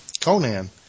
Conan